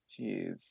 jeez